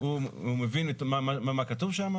הוא מבין מה כתוב במסמך,